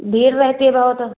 भीड़ रहती है बहुत